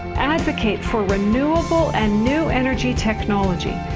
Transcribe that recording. advocate for renewable and new energy technology.